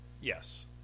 Yes